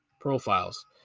profiles